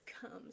comes